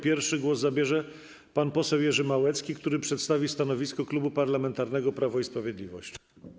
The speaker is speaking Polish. Pierwszy głos zabierze pan poseł Jerzy Małecki, który przedstawi stanowisko Klubu Parlamentarnego Prawo i Sprawiedliwość.